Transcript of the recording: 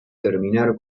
terminar